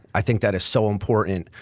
i think that is so important.